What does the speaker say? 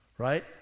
right